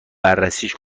بررسیش